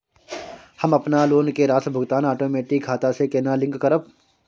हम अपन लोन के राशि भुगतान ओटोमेटिक खाता से केना लिंक करब?